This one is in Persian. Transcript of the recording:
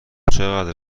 چقدر